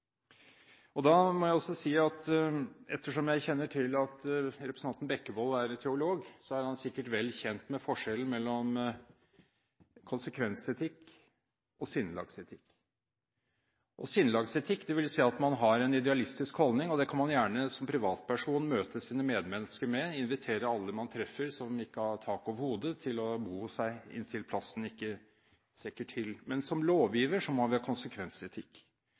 asyl. Da må jeg også si: Ettersom jeg kjenner til at representanten Bekkevold er teolog, er han sikkert vel kjent med forskjellen mellom konsekvensetikk og sinnelagsetikk. Sinnelagsetikk vil si at man har en idealistisk holdning, og det kan man gjerne som privatperson møte sine medmennesker med, invitere alle man treffer som ikke har tak over hodet til å bo hos seg inntil plassen ikke strekker til. Men som lovgiver må vi ha konsekvensetikk.